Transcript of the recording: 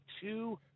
two